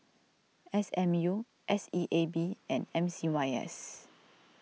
S M U S E A B and M C Y S